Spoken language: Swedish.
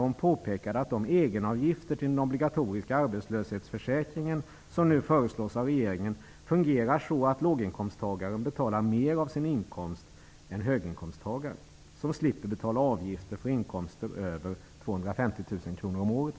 Hon påpekade att de egenavgifter till den obligatoriska arbetslöshetsförsäkringen som nu föreslås av regeringen fungerar så att låginkomsttagare betalar mer av sin inkomst än höginkomsttagare. Höginkomsttagare slipper nämligen betala avgift för inkomster över ca 250 000 kr om året.